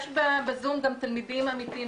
ויש בזום גם תלמידים עמיתים,